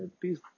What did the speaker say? please